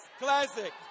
classic